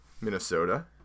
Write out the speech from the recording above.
Minnesota